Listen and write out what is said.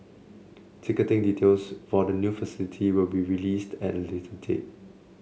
ticketing details for the new facility will be released at a later date